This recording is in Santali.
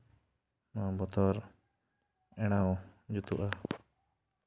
ᱱᱚᱣᱟ ᱵᱚᱛᱚᱨ ᱮᱲᱟᱣ ᱡᱩᱛᱩᱜᱼᱟ